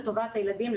לטובת הילדים,